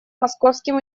московским